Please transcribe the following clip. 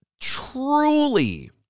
truly